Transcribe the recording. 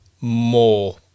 more